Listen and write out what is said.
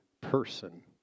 person